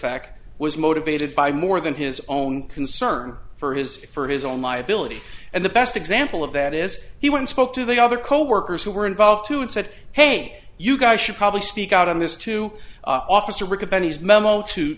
back was motivated by more than his own concern for his firm his own liability and the best example of that is he once spoke to the other coworkers who were involved too and said hey you guys should probably speak out on this to officer rick about his memo to